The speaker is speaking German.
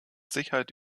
sicherheit